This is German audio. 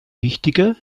wichtiger